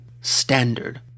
standard